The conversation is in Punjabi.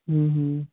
ਹਮ ਹਮ